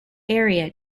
area